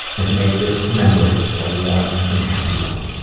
has made this memory a warm and happy one.